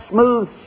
smooth